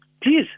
please